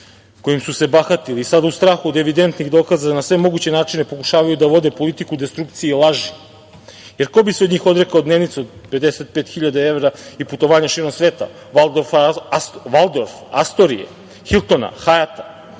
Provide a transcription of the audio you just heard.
kojim su se bahatili i sada u strahu od evidentnih dokaza na sve moguće načine pokušavaju da vode politiku destrukcije i laži. Ko bi se od njih odrekao dnevnice od 55 hiljada evra i putovanja širom sveta, Valdorfa, Astorije, Hiltona, Hajata?